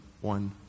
one